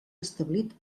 establit